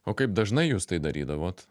o kaip dažnai jūs tai darydavot